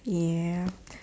ya